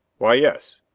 why, yes.